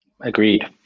Agreed